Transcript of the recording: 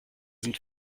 sind